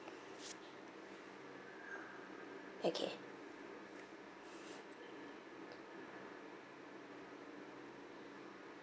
okay